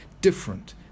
different